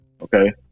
Okay